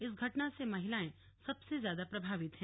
इस घटना से महिलाएं सबसे ज्यादा प्रभावित है